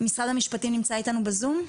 משרד המשפטים נמצא איתנו בזום?